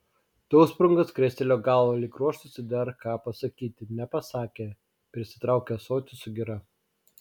dausprungas krestelėjo galvą lyg ruoštųsi dar ką pasakyti nepasakė prisitraukė ąsotį su gira